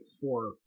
four